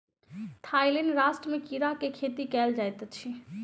Thailand राष्ट्र में कीड़ा के खेती कयल जाइत अछि